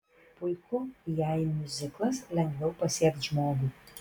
puiku jei miuziklas lengviau pasieks žmogų